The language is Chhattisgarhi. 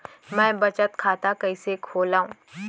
मै बचत खाता कईसे खोलव?